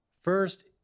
first